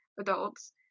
adults